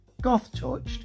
goth-touched